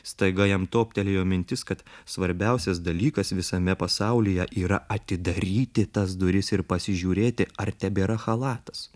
staiga jam toptelėjo mintis kad svarbiausias dalykas visame pasaulyje yra atidaryti tas duris ir pasižiūrėti ar tebėra chalatas